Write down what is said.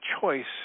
choice